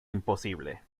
imposible